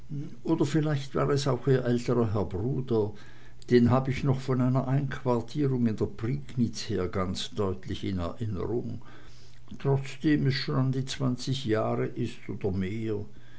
oder vielleicht war es auch ihr älterer herr bruder den hab ich noch von einer einquartierung in der priegnitz her ganz deutlich in erinnerung trotzdem es schon an die zwanzig jahre ist oder mehr